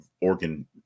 organ